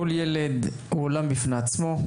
כל ילד הוא עולם בפני עצמו,